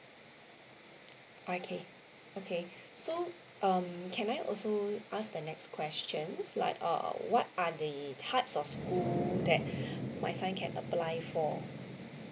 okay okay so um can I also ask the next questions like err what are the types of school that my son can apply for